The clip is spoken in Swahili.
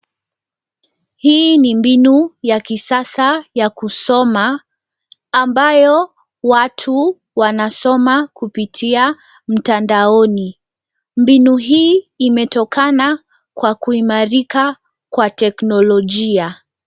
Hii ni mbinu ya kisasa ya kusoma ambayo watu wanasoma kupitia mtandaoni. Mbinu hii imetokana kwa kuimarika kwa teknolojia.